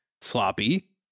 sloppy